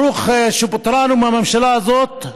ברוך שפטרנו מהממשלה הזאת,